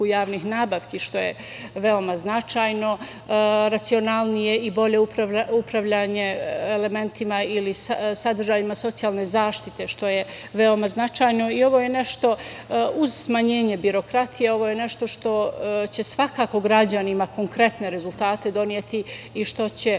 javnih nabavki, što je veoma značajno, racionalnije i bolje upravljanje elementima ili sadržajima socijalne zaštite, što je veoma značajno i uz smanjenje birokratije, ovo je nešto što će svakako građanima konkretne rezultate doneti i što će